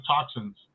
toxins